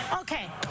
Okay